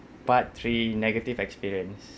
part three negative experience